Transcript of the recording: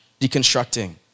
deconstructing